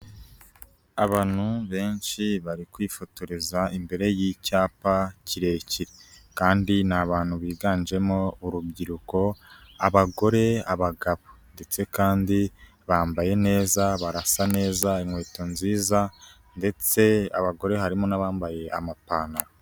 Abantu benshi bari kwifotoreza imbere y'icyapa kirekire. Kandi ni abantu biganjemo urubyiruko, abagore, abagabo ndetse kandi bambaye neza, barasa neza, inkweto nziza, ndetse abagore harimo n'abambaye amapantaro.